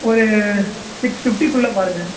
ஒரு சிக்ஸ் ஃபிஃப்ட்டிக்குள்ள பாருங்கள்